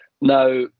Now